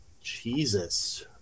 Jesus